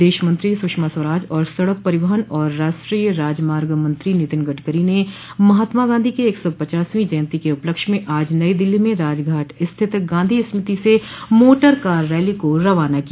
विदेश मंत्रो सुषमा स्वराज और सड़क परिवहन व राष्ट्रीय राजमार्ग मंत्री नितिन गडकरी ने महात्मा गांधी की एक सौ पचासवीं जयन्ती के उपलक्ष्य में आज नई दिल्ली में राजघाट स्थित गांधी स्मृति से मोटरकार रैली को रवाना किया